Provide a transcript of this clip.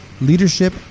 leadership